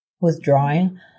withdrawing